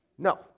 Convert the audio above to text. No